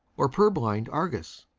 or purblind argus,